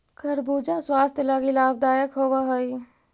खरबूजा स्वास्थ्य लागी लाभदायक होब हई